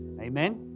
Amen